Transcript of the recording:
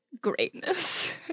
greatness